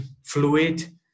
fluid